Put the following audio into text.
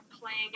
playing